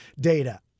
data